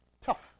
tough